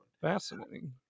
Fascinating